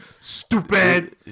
Stupid